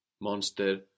Monster